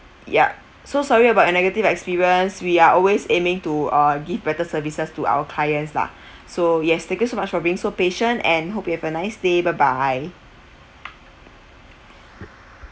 ya so sorry about your negative experience we are always aiming to uh give better services to our clients lah so yes thank you so much for being so patient and hope you have a nice day bye bye